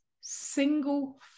single